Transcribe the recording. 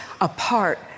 apart